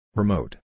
remote